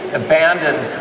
abandoned